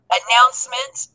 announcement